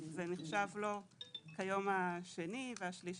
זה נחשב לו כיום השני והשלישי,